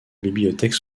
bibliothèque